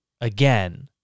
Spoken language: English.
again